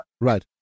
Right